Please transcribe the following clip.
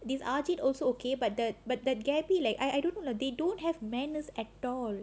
this ajeedh also okay but that but that gabby like I I don't know lah they don't have manners at all